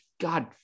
God